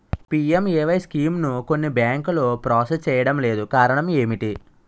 PMAY స్కీమును కొన్ని బ్యాంకులు ప్రాసెస్ చేయడం లేదు కారణం ఏమిటి?